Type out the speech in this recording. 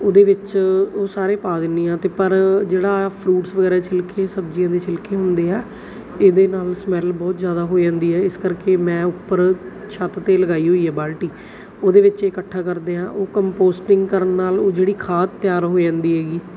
ਉਹਦੇ ਵਿੱਚ ਉਹ ਸਾਰੇ ਪਾ ਦਿੰਦੀ ਹਾਂ ਅਤੇ ਪਰ ਜਿਹੜਾ ਫਰੂਟਸ ਵਗੈਰਾ ਛਿਲਕੇ ਸਬਜ਼ੀਆਂ ਦੇ ਛਿਲਕੇ ਹੁੰਦੇ ਆ ਇਹਦੇ ਨਾਲ ਸਮੈੱਲ ਬਹੁਤ ਜ਼ਿਆਦਾ ਹੋ ਜਾਂਦੀ ਹੈ ਇਸ ਕਰਕੇ ਮੈਂ ਉੱਪਰ ਛੱਤ 'ਤੇ ਲਗਾਈ ਹੋਈ ਹੈ ਬਾਲਟੀ ਉਹਦੇ ਵਿੱਚ ਇਕੱਠਾ ਕਰਦੇ ਹਾਂ ਉਹ ਕੰਪੋਸਟਿੰਗ ਕਰਨ ਨਾਲ ਉਹ ਜਿਹੜੀ ਖਾਦ ਤਿਆਰ ਹੋ ਜਾਂਦੀ ਹੈਗੀ